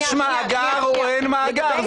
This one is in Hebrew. האם יש מאגר או אין מאגר?